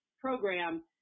program